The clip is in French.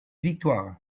victoires